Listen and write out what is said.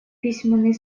письменный